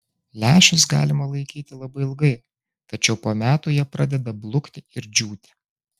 lęšius galima laikyti labai ilgai tačiau po metų jie pradeda blukti ir džiūti